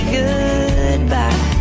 goodbye